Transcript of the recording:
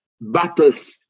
battles